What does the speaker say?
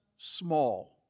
small